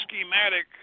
schematic